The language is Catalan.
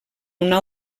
una